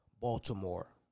Baltimore